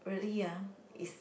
really ah is